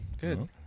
Good